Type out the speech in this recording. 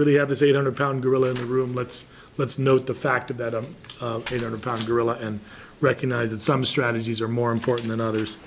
really have this eight hundred pound gorilla in the room let's let's note the fact that a hundred pound gorilla and recognise that some strategies are more important than others